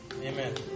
amen